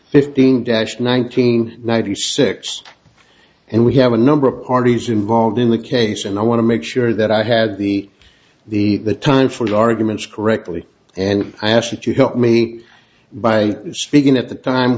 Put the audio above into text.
fifteen dash nineteen ninety six and we have a number of parties involved in the case and i want to make sure that i had the the the time for the arguments correctly and ashley to help me by speaking at the time